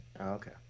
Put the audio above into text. okay